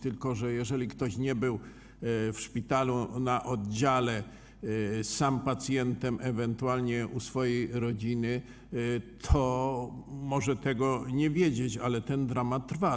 Tylko że jeżeli ktoś nie był w szpitalu na oddziale sam pacjentem, ewentualnie nie odwiedzał tam swojej rodziny, to może tego nie wiedzieć, ale ten dramat trwa.